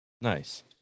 nice